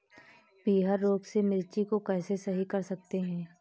पीहर रोग से मिर्ची को कैसे सही कर सकते हैं?